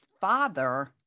father